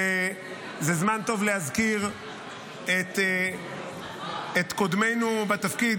זה זמן טוב להזכיר את קודמנו בתפקיד,